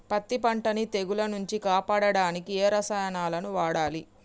పత్తి పంటని తెగుల నుంచి కాపాడడానికి ఏ రసాయనాలను వాడాలి?